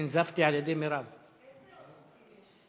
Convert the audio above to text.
ההצעה להעביר את הצעת חוק הגנת הצרכן (תיקון מס' 52)